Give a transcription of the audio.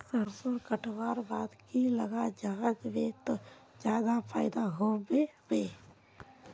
सरसों कटवार बाद की लगा जाहा बे ते ज्यादा फायदा होबे बे?